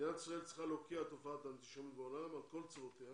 מדינת ישראל צריכה להוקיע את תופעת האנטישמיות בעולם על כל צורותיה